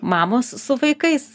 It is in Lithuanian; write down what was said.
mamos su vaikais